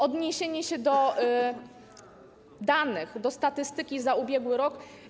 Odniosę się do danych, do statystyki za ubiegły rok.